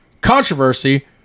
controversy